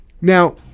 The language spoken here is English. Now